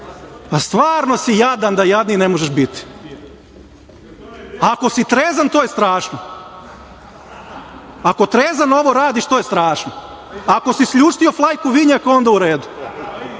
Stvarno si jadan, da jadniji ne možeš biti. Ako si trezan, to je strašno. Ako trezan ovo radiš, to je strašno. Ako se sljuštio flajku vinjaka to je onda u redu,